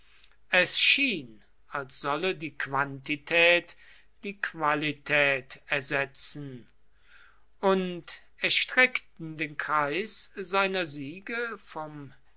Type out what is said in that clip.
es schien als solle die quantität die qualität ersetzen und erstreckten den kreis seiner siege vom